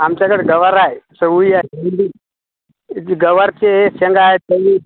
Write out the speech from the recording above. आमच्याकडं गवार आहे चवळी आहे भेंडी गवारचे शेंगा आहेत आणि